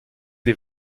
des